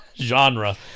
genre